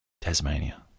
Tasmania